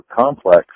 complex